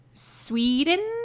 Sweden